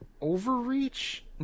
overreach